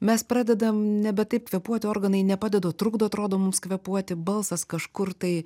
mes pradedam nebe taip kvėpuoti organai nepadeda o trukdo atrodo mums kvėpuoti balsas kažkur tai